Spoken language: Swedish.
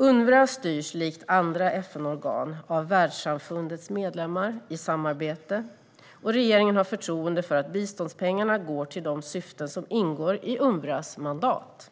Unrwa styrs likt andra FN-organ av världssamfundets medlemmar i samarbete, och regeringen har förtroende för att biståndspengarna går till de syften som ingår i Unrwas mandat.